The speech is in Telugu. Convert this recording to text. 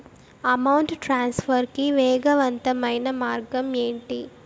అమౌంట్ ట్రాన్స్ఫర్ కి వేగవంతమైన మార్గం ఏంటి